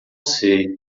sei